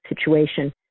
situation